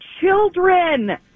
children